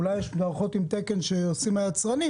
יש אולי מערכות עם תקן שעושים היצרנים,